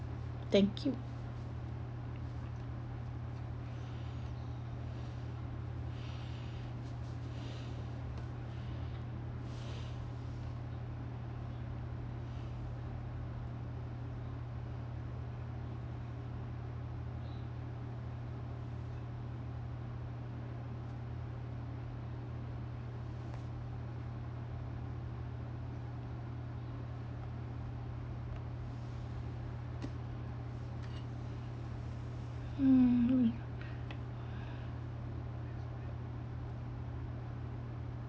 thank you mm